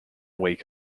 week